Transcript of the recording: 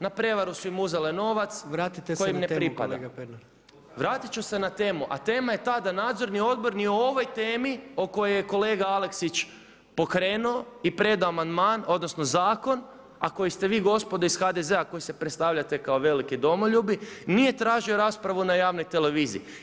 Na prijevaru su im uzele novac, koji im ne pripada [[Upadica predsjednik: Vratite se na temu kolega Pernar.]] Vratiti ću se na temu a tema je ta da nadzorni odbor ni o ovoj temi o kojoj je kolega Aleksić pokrenuo i predao amandman odnosno zakon a koji ste vi gospodo iz HDZ-a koji se predstavljate kao veliki domoljubi, nije tražio raspravu na javnoj televiziji.